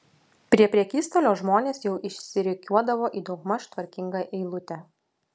prie prekystalio žmonės jau išsirikiuodavo į daugmaž tvarkingą eilutę